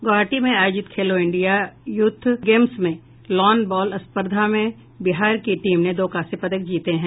गुवाहाटी में आयोजित Khelo India youth games में लॉन बॉल स्पर्धा में बिहार की टीम ने दो कांस्य पदक जीते हैं